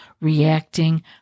reacting